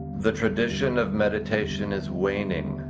the tradition of meditation is waning,